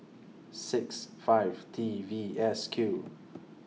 six five T V S Q